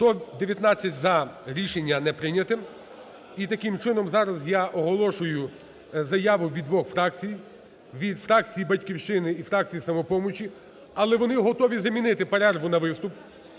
За-119 Рішення не прийнято. І, таким чином, зараз я оголошую заяву від двох фракцій: від фракції "Батьківщини" і фракції "Самопомочі". Але вони готові замінити перерву на виступ.